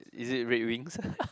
is it red wings